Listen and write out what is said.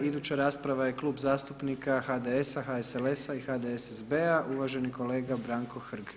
Iduća rasprava je Klub zastupnik HDS-a, HSLS-a i HDSSB-a uvaženi kolega Branko Hrg.